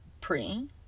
Pre